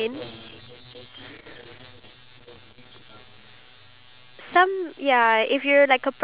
if you're lazy at your job then don't go around complaining that like oh the government didn't increase my pay